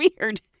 weird